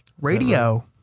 radio